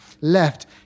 left